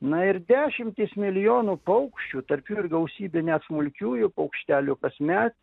na ir dešimtys milijonų paukščių tarp jų ir gausynė net smulkiųjų paukštelių kasmet